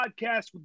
podcast